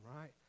right